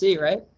right